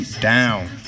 down